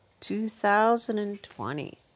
2020